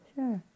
Sure